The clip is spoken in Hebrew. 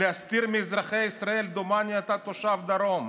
להסתיר מאזרחי ישראל, דומני, אתה תושב הדרום,